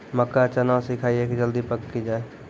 मक्का चना सिखाइए कि जल्दी पक की जय?